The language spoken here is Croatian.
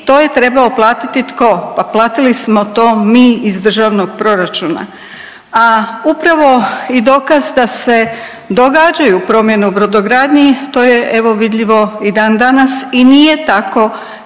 to je trebao platiti tko? Pa platili smo to mi iz državnog proračuna, a upravo i dokaz da se događaju promjene u brodogradnji, to je, evo, vidljivo i dandanas i nije tako